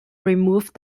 remove